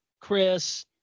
chris